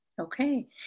Okay